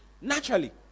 naturally